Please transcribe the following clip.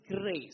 grace